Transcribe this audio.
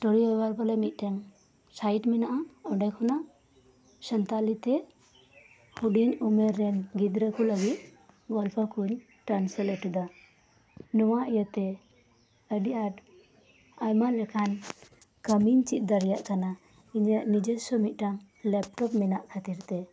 story ᱳᱭᱟᱨᱠ ᱵᱚᱞᱮ ᱢᱤᱫᱴᱮᱱ ᱥᱟᱭᱤᱴ ᱢᱮᱱᱟᱜᱼᱟ ᱚᱰᱮ ᱠᱷᱚᱱᱟᱜ ᱥᱟᱛᱟᱞᱤ ᱛᱮ ᱦᱩᱰᱤᱧ ᱩᱢᱮᱨ ᱨᱮᱱ ᱜᱤᱫᱽᱨᱟᱹ ᱠᱚ ᱞᱟᱹᱜᱤᱫ ᱜᱚᱞᱯᱚᱠᱩᱧ ᱴᱨᱟᱱᱥᱮᱞᱮᱴ ᱮᱫᱟ ᱱᱚᱣᱟ ᱤᱭᱟᱹᱛᱮ ᱟᱹᱰᱤ ᱟᱴ ᱟᱭᱢᱟ ᱞᱮᱠᱟᱱ ᱠᱟᱹᱢᱤᱧ ᱪᱮᱫ ᱫᱟᱲᱮᱭᱟᱜ ᱠᱟᱱᱟ ᱤᱧᱟᱜ ᱱᱤᱡᱮᱥᱚ ᱢᱤᱫᱴᱟᱜ ᱞᱮᱯᱴᱚᱯ ᱢᱮᱱᱟᱜ ᱠᱷᱟᱹᱛᱤᱨ ᱛᱮ